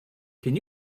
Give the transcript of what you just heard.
can